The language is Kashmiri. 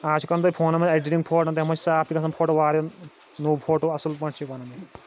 آز چھِ کَران توتہِ فونَن منٛز ایٚڈِٹِنٛگ فوٹوَن منٛز صاف تہِ گژھان فوٹو واریاہَن نوٚو فوٹو اصٕل پٲٹھۍ چھِ بَنان